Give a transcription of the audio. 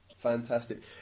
Fantastic